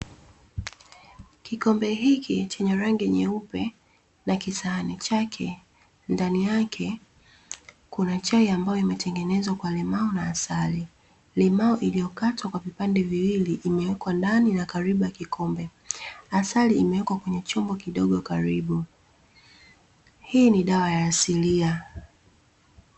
Kikombe hiki chenye rangi nyeupe, na kisahani chake. Ndani yake kuna chai ambayo imetengenezwa kwa limao na asali. Limao iliyo katwa kwa vipande viwili imewekwa ndani na karibu ya kikombe, asali imewekwa kwenye chombo kidogo karibu. Hii ni dawa asilia.